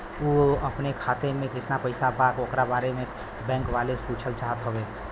उ अपने खाते में कितना पैसा बा ओकरा बारे में बैंक वालें से पुछल चाहत हवे?